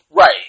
Right